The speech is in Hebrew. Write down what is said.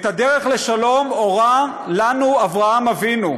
את הדרך לשלום הורה לנו אברהם אבינו,